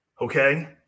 Okay